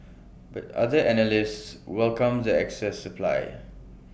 but other analysts welcomed the excess supply